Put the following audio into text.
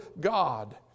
God